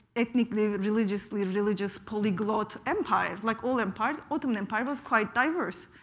ethnically religiously religious polyglot empire? like all empires, ottoman empire was quite diverse.